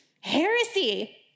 Heresy